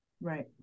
right